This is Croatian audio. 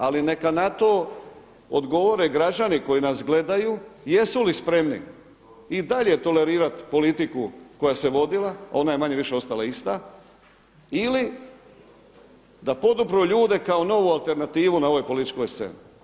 Ali neka na to odgovore građani koji nas gledaju jesu li spremni i dalje tolerirati politiku koja se vodila, a ona je manje-više ostala ista ili da podupru ljude kao novu alternativu na ovoj političkoj sceni.